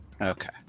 Okay